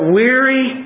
weary